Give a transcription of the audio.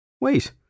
Wait